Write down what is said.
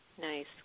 Nice